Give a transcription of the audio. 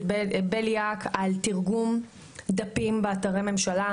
בליאק פרויקט על תרגום דפים באתרי ממשלה,